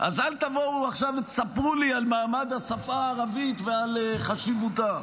אז אל תבואו עכשיו ותספרו לי על מעמד השפה הערבית ועל חשיבותה.